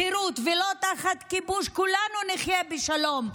בחירות ולא תחת כיבוש, כולנו נחיה בשלום.